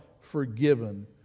forgiven